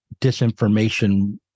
disinformation